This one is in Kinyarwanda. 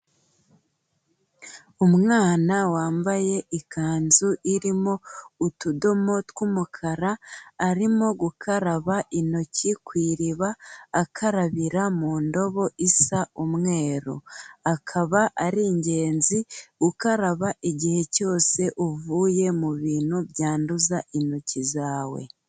Umwana wambaye ikanzu irimo utudomo tw'umukara arimo gukaraba intoki ku iriba akarabira mu ndobo isa umweru, akaba ari ingenzi gukaraba igihe cyose uvuye mu bintu byanduza intoki zawe.